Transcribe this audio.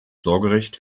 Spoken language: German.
sorgerecht